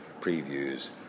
previews